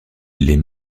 les